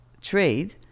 trade